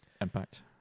impact